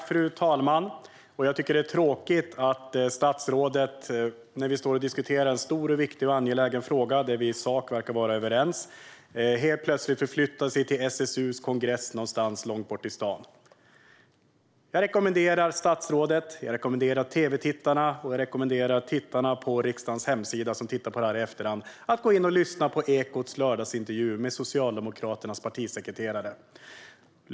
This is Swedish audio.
Fru talman! Det är tråkigt att statsrådet när vi diskuterar en stor, viktig och angelägen fråga, där vi i sak verkar vara överens, helt plötsligt förflyttar sig till SSU:s kongress någonstans långt-bort-i-stan. Jag rekommenderar statsrådet, tv-tittarna och tittarna på riksdagens hemsida som tittar på debatten i efterhand att gå in och lyssna på Ekots lördagsintervju med Socialdemokraternas partisekreterare.